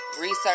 research